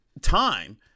time